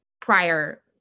prior